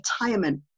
retirement